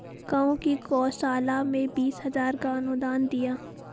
गांव की गौशाला में बीस हजार का अनुदान दिया